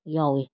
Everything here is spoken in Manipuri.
ꯌꯥꯎꯏ